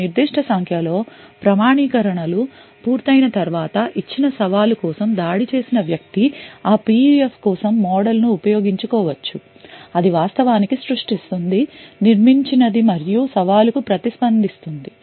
ఇప్పుడు నిర్దిష్ట సంఖ్యలో ప్రామాణీకరణలు పూర్తయిన తర్వాత ఇచ్చిన సవాలు కోసం దాడి చేసిన వ్యక్తి ఆ PUF కోసం మోడల్ను ఉపయోగించుకోవచ్చు అది వాస్తవానికి సృష్టించినది నిర్మించినది మరియు సవాలుకు ప్రతిస్పందిస్తుంది